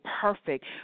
perfect